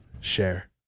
share